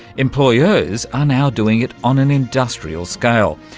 employers are now doing it on an industrial scale,